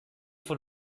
von